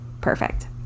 Perfect